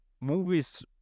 movies